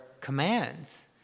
commands